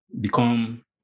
become